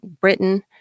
britain